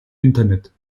internet